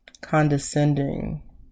condescending